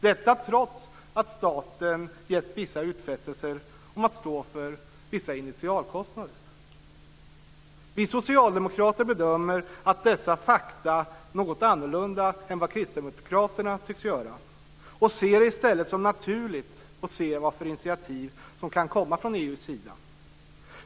Detta trots att staten gett vissa utfästelser om att stå för vissa initialkostnader. Vi socialdemokrater bedömer dessa fakta något annorlunda än vad Kristdemokraterna tycks göra och ser det i stället som naturligt att se vilka initiativ som kan komma från EU:s sida.